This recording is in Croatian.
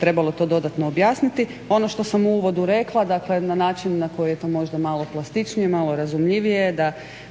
trebalo to dodatno objasniti. Ono što sam u uvodu rekla dakle na način na koji je to možda plastičnije, malo razumljivije da